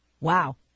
wow